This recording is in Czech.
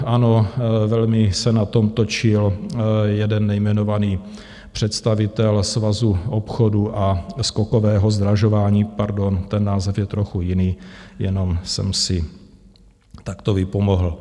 Ano, velmi se na tom točil jeden nejmenovaný představitel Svazu obchodu a skokového zdražování pardon, ten název je trochu jiný, jenom jsem si takto vypomohl.